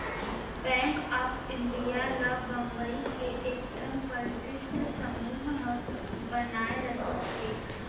bank of India ल बंबई के एकठन परस्ठित समूह ह बनाए रिहिस हे